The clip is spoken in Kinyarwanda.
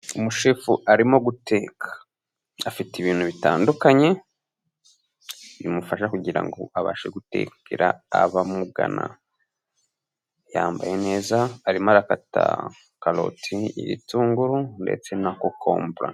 Umushefu arimo guteka, afite ibintu bitandukanye bimufasha kugira ngo abashe gutekera abamugana, yambaye neza arimo arakata karoti, ibitunguru ndetse na kokombure.